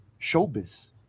Showbiz